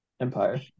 Empire